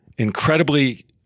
incredibly